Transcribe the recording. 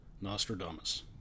Nostradamus